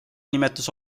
nimetas